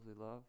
love